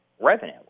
revenue